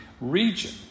region